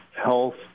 health